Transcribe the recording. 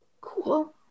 Cool